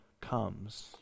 comes